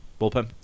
Bullpen